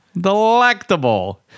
Delectable